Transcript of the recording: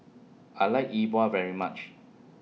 I like E Bua very much